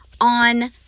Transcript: on